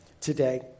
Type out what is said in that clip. today